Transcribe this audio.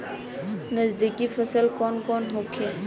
नकदी फसल कौन कौनहोखे?